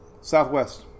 southwest